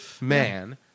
man